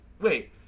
Wait